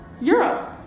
Europe